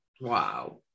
wow